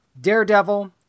Daredevil